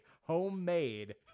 Homemade